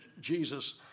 Jesus